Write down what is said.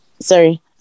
Sorry